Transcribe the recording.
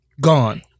gone